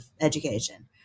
education